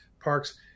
parks